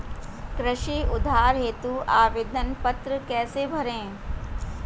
कृषि उधार हेतु आवेदन पत्र कैसे भरें?